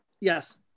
Yes